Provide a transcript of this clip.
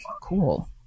cool